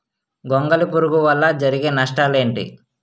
గొంగళి పురుగు వల్ల జరిగే నష్టాలేంటి?